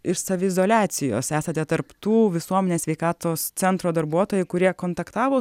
iš saviizoliacijos esate tarp tų visuomenės sveikatos centro darbuotojų kurie kontaktavo